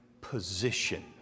position